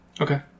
Okay